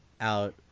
out